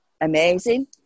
amazing